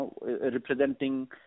representing